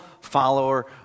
follower